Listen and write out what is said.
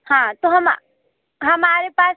हाँ तो हम हमारे पास